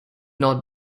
not